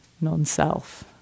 non-self